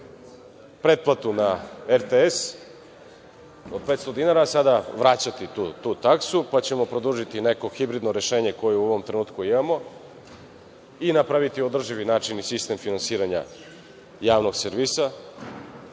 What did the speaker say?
pretplatu na RTS od 500 dinara, a sada vraćati tu taksu, pa ćemo produžiti neko hibridno rešenje koje u ovom trenutku imamo i napraviti održivi način i sistem finansiranja javnog servisa,